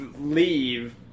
leave